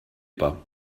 pas